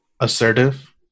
assertive